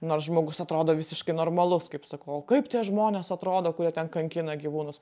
nors žmogus atrodo visiškai normalus kaip sakau kaip tie žmonės atrodo kurie ten kankina gyvūnus